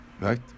right